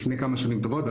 לפני כמה שנים טובות,